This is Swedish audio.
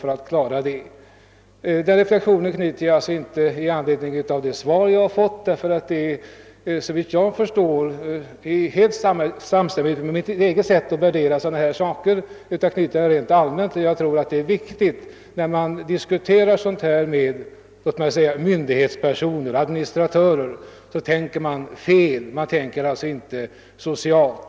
Jag gör alltså inte denna reflexion med anledning av det svar jag fått, eftersom detta, såvitt jag förstår, är helt samstämmigt med mitt eget sätt att värdera dessa saker, utan jag gör det rent allmänt. När man diskuterar sådana här saker med myndighetspersoner eller administratörer tror jag att man lätt tänker fel — man tänker alltså inte socialt.